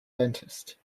dentist